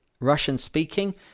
russian-speaking